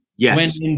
Yes